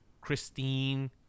Christine